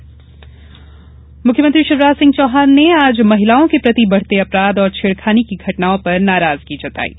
CM action मुख्यमत्री शिवराज सिंह चौहान ने आज महिलाओं के प्रति बढ़ते अपराध और छेड़खानी की घटनाओं पर नारजगी जताई है